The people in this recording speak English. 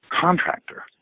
contractor